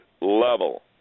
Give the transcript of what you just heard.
level